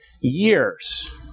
years